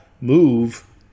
move